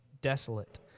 desolate